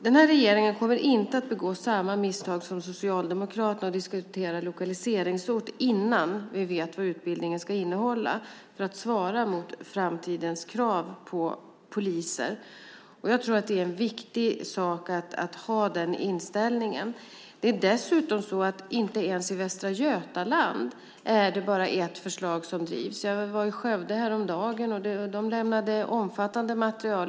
Den här regeringen kommer inte att begå samma misstag som Socialdemokraterna gjorde och diskutera lokaliseringsort innan vi vet vad utbildningen ska innehålla för att svara mot framtidens krav på poliser. Jag tror att det är viktigt att ha den inställningen. Dessutom är det så att det inte ens i Västra Götaland är bara ett förslag som drivs. Jag var i Skövde häromdagen, och där lämnade de omfattande material.